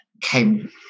came